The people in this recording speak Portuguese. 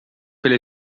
pela